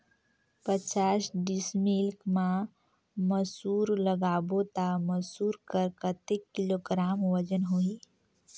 पचास डिसमिल मा मसुर लगाबो ता मसुर कर कतेक किलोग्राम वजन होही?